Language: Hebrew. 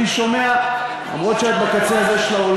אני שומעת כל שבוע, אתם לא בודקים.